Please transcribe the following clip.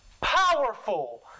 powerful